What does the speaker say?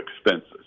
expenses